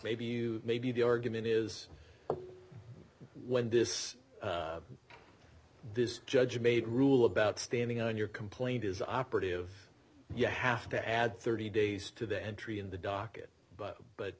maybe you maybe the argument is when this this judge made rule about standing on your complaint is operative you have to add thirty days to the entry in the docket but but